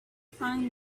find